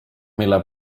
mille